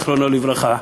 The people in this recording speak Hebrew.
זיכרונו לברכה,